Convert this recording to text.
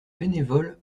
bénévoles